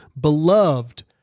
Beloved